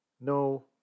no